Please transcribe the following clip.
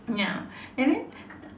ya and then